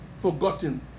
forgotten